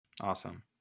Awesome